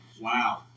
Wow